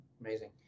Amazing